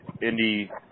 Indy